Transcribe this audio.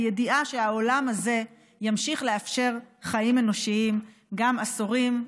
בידיעה שהעולם הזה ימשיך לאפשר חיים אנושיים גם עשורים,